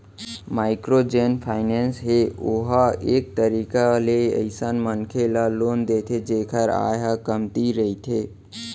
micro जेन finance हे ओहा एक तरीका ले अइसन मनखे ल लोन देथे जेखर आय ह कमती रहिथे